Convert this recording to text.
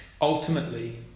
Ultimately